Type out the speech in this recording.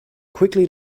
quickly